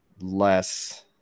less